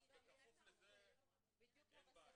אז בכפוף לזה אין בעיה.